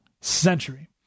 century